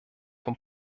vom